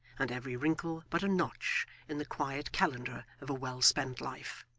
and every wrinkle but a notch in the quiet calendar of a well-spent life.